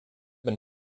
been